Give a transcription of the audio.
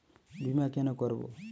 বিমা কেন করব?